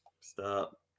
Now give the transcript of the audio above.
Stop